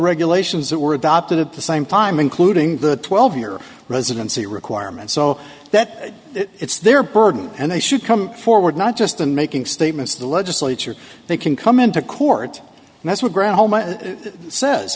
regulations that were adopted at the same time including the twelve year residency requirement so that it's their burden and they should come forward not just in making statements to the legislature they can come into court and that's when granholm says